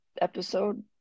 episode